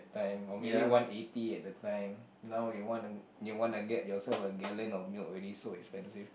time or maybe one eighty at a time now you one to get one gallon of milk also so expensive